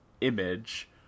image